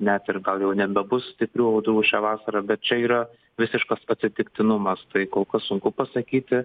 net ir gal jau nebebus stiprių audrų šią vasarą bet čia yra visiškas atsitiktinumas tai kol kas sunku pasakyti